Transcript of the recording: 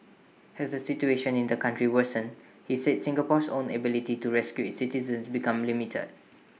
has the situation in the country worsens he said Singapore's own ability to rescue its citizens becomes limited